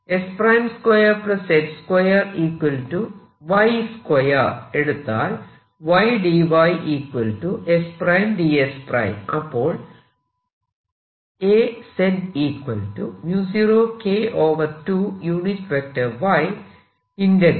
s2 z2 Y2 എടുത്താൽ Yd y s ds